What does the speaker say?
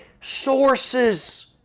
sources